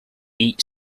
eat